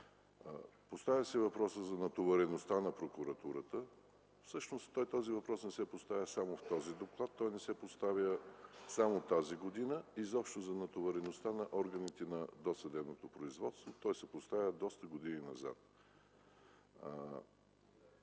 Поставя се въпросът за натовареността на прокуратурата. Всъщност този въпрос не се поставя само в този доклад. Той не се поставя само тази година. Въпросът за натовареността на досъдебното производство се поставя доста години назад.